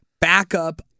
backup